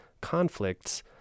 conflicts